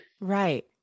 Right